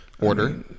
Order